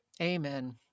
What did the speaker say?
Amen